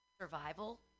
survival